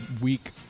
week